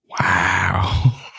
Wow